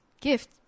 gift